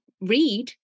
read